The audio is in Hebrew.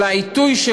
אבל העיתוי,